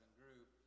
group